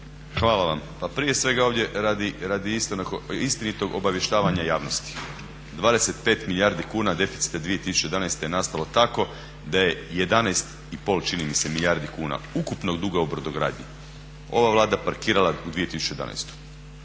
Hvala vam. Pa prije svega ovdje radi istinitog obavještavanja javnosti. 25 milijardi kuna deficita 2011. je nastalo tako da je 11,5 čini mi se milijardi kuna ukupnog duga u brodogradnji ova Vlada parkirala u 2011.